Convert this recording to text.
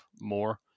more